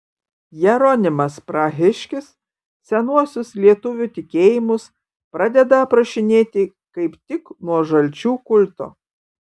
jeronimas prahiškis senuosius lietuvių tikėjimus pradeda aprašinėti kaip tik nuo žalčių kulto